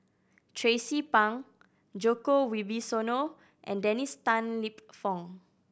Tracie Pang Djoko Wibisono and Dennis Tan Lip Fong